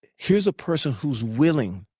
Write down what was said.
here's a person who's willing